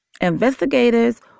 Investigators